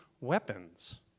weapons